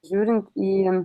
žiūrint į